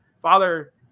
father